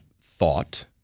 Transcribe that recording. thought